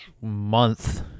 month